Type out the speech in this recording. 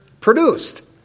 produced